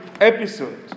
episode